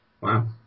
Wow